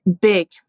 big